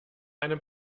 einem